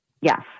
Yes